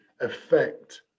affect